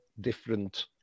different